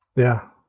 yeah,